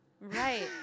Right